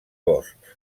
boscs